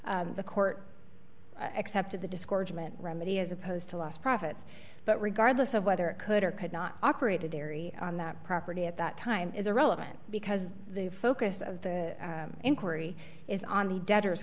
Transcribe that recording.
both the court accepted the discouragement remedy as opposed to lost profits but regardless of whether it could or could not operate a dairy on that property at that time is irrelevant because the focus of the inquiry is on the debtors